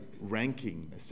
ranking